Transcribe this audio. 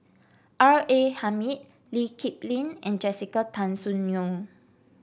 R A Hamid Lee Kip Lin and Jessica Tan Soon Neo